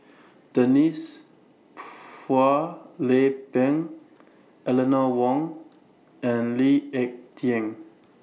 Denise Phua Lay Peng Eleanor Wong and Lee Ek Tieng